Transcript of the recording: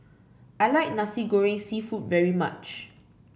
I like Nasi Goreng seafood very much